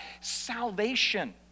salvation